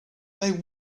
they